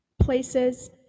places